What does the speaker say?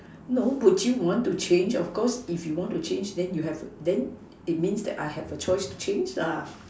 no would you want to change of course if you want to change then you have then it means that I have a choice to change lah